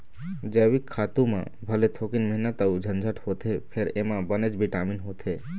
जइविक खातू म भले थोकिन मेहनत अउ झंझट होथे फेर एमा बनेच बिटामिन होथे